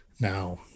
Now